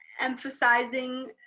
emphasizing